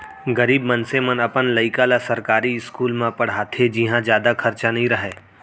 गरीब मनसे मन अपन लइका ल सरकारी इस्कूल म पड़हाथे जिंहा जादा खरचा नइ रहय